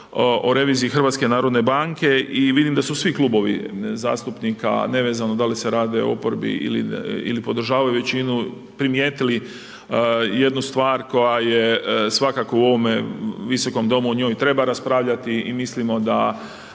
o reviziji HNB i vidim da su svi klubovi zastupnika, nevezano da li se radi o oporbi ili podržavaju većinu primijetili jednu stvar, koja je svakako u ovome Visokom domu o njoj treba raspravljati i mislimo da